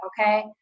okay